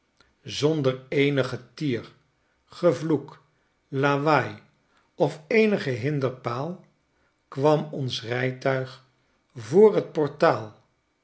zonder eenig getier gevloek lawaai of eenigen hinderpaal kwam ons rijtuig voor t portaal